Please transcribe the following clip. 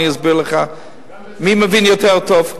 אני אסביר לך מי מבין יותר טוב.